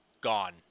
gone